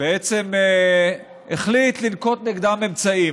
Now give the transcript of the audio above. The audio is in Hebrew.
בעצם החליט לנקוט נגדם אמצעים.